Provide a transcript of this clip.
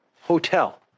hotel